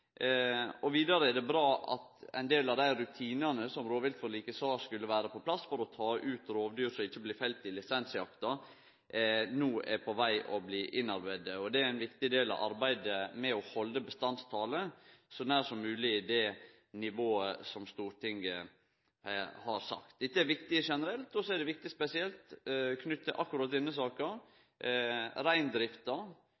Vidare er det bra at ein del av dei rutinane som rovviltforliket sa skulle vere på plass for å ta ut rovdyr som ikkje blei felte i lisensjakta, no er på veg til å bli innarbeidde. Det er ein viktig del av arbeidet med å halde bestandstalet så nær som mogleg det nivået som Stortinget har sett. Dette er viktig generelt, og så er det viktig spesielt knytt til akkurat denne